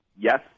yes